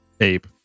ape